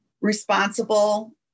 responsible